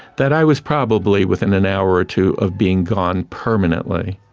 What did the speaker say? that i was probably within an hour or two of being gone permanently,